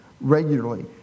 regularly